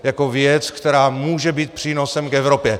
Jako věc, která může být přínosem k Evropě.